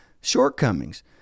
shortcomings